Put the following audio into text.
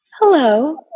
Hello